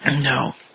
No